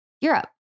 Europe